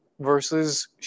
Versus